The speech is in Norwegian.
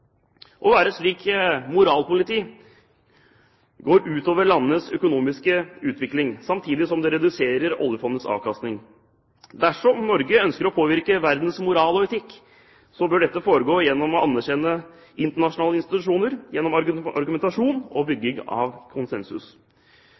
Å være et slikt «moralpoliti» går ut over landenes økonomiske utvikling, samtidig som det reduserer oljefondets avkastning. Dersom Norge ønsker å påvirke verdens moral og etikk, bør dette foregå gjennom å anerkjenne internasjonale institusjoner – gjennom argumentasjon og